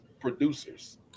producers